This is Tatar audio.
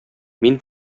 мин